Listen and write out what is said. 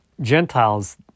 Gentiles